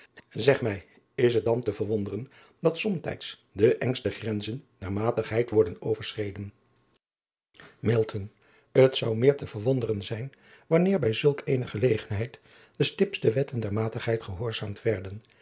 eg mij is het dan te verwonderen dat somtijds de engste grenzen der matigheid worden overschreden t ou meer te verwonderen zijn wanneer bij zulk eene gelegenheid de stiptste wetten der matigheid gehoorzaamheid werden